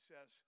says